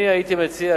אני הייתי מציע,